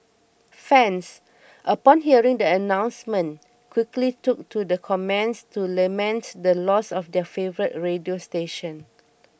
fans upon hearing the announcement quickly took to the comments to laments the loss of their favourite radio station